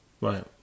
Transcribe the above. Right